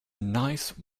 nice